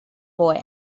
boy